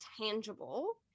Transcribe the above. tangible